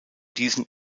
diesen